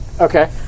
Okay